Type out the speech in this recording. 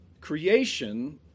creation